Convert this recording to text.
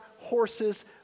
horses